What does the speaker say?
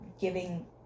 giving